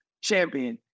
champion